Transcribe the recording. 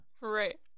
Right